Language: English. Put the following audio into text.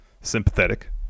sympathetic